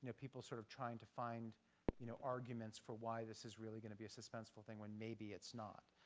you know people sort of trying to find you know arguments for why this is really going to be a suspenseful thing when maybe it's not.